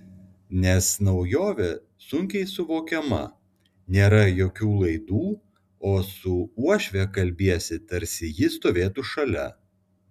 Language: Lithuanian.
nes naujovė sunkiai suvokiama nėra jokių laidų o su uošve kalbiesi tarsi ji stovėtų šalia